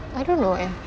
I don't know eh